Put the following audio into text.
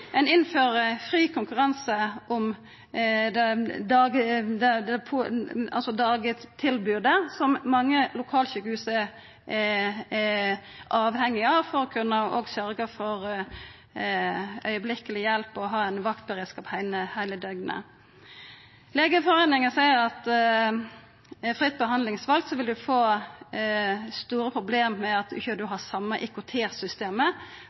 Ein innfører fri konkurranse om dagtilbodet, som mange lokalsjukehus er avhengige av for å kunne sørgja for også strakshjelp og ha ein vaktberedskap heile døgnet. Legeforeininga seier at med fritt behandlingsval vil ein få store problem med at ein ikkje